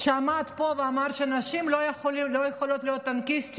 הוא עמד פה ואמר שנשים לא יכולות להיות טנקיסטיות.